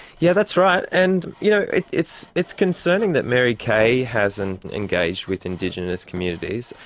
yeah that's right. and you know, it's it's concerning that mary kay hasn't engaged with indigenous communities.